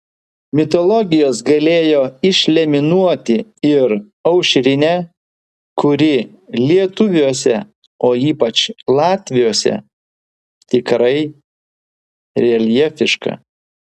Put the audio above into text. mitologijos galėjo išeliminuoti ir aušrinę kuri lietuviuose o ypač latviuose tikrai reljefiška